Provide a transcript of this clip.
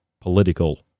political